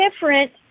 different